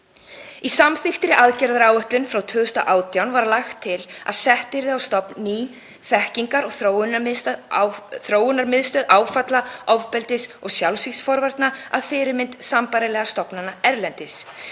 Í samþykktri aðgerðaáætlun frá 2018 var lagt til að sett yrði á stofn ný þekkingar- og þróunarmiðstöð áfalla-, ofbeldis- og sjálfsvígsforvarna að fyrirmynd sambærilegra stofnana erlendis.